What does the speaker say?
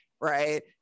right